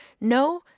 No